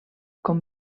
com